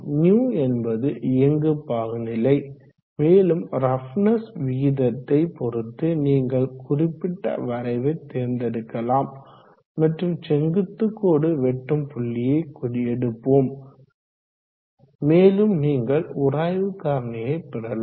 υ என்பது இயங்கு பாகுநிலை மேலும் ரஃப்னஸ் விகிதத்தை பொறுத்து நீங்கள் குறிப்பிட்ட வரைவை தேர்ந்தெடுக்கலாம் மற்றும் செங்குத்து கோடு வெட்டும் புள்ளியை எடுப்போம் மேலும் நீங்கள் உராய்வு காரணியை பெறலாம்